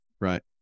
Right